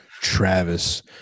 Travis